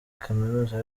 kaminuza